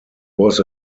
was